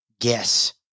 guess